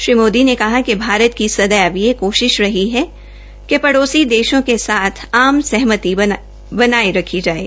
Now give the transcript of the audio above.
श्री मोदी ने कहा कि भारत की सदैव यह कोशिश रही है कि पड़ोसी देशों के साथ आम सहमति बना कर रखी जाये